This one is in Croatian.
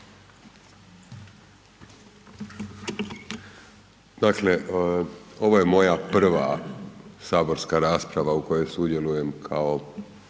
Dakle, ovo je moja prva saborska rasprava u kojoj sudjelujem kao